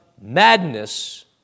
madness